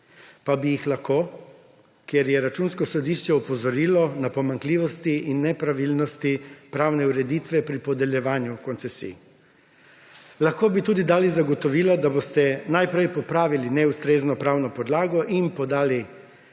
Pa bi jih lahko, ker je Računsko sodišče opozorilo na pomanjkljivosti in nepravilnosti pravne ureditve pri podeljevanju koncesij. Lahko bi tudi dali zagotovila, da boste najprej popravili neustrezno pravno podlago in podali spremembe